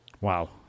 Wow